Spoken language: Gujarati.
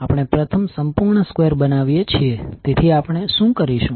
આપણે પ્રથમ સંપૂર્ણ સ્ક્વેર બનાવીએ છીએ તેથી આપણે શું કરીશું